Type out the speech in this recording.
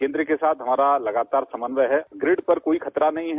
केन्द्र के साथ हमारा लगातार समन्वय है ग्रिड पर कोई खतरा नहीं है